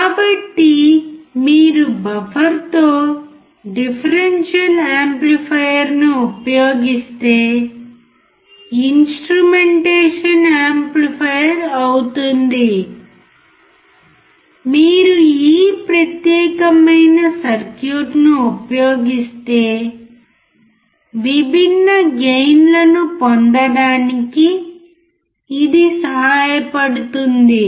కాబట్టి మీరు బఫర్తో డిఫరెన్షియల్ యాంప్లిఫైయర్ను ఉపయోగిస్తే ఇన్స్ట్రుమెంటేషన్ యాంప్లిఫైయర్ అవుతుంది మీరు ఈ ప్రత్యేకమైన సర్క్యూట్ను ఉపయోగిస్తే విభిన్న గెయిన్లను పొందడానికి ఇది సహాయపడుతుంది